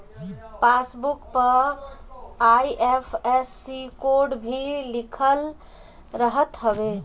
passbook पअ IFSC code भी लिखल रहत हवे